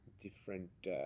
different